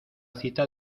cita